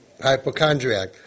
Hypochondriac